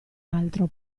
altro